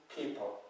people